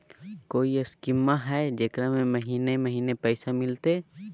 कोइ स्कीमा हय, जेकरा में महीने महीने पैसा मिलते?